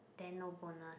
then no bonus